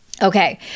Okay